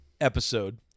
episode